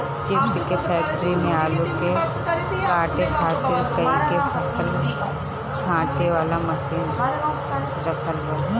chips के factory में आलू के छांटे खातिर कई ठे फसल छांटे वाला मशीन रखल बा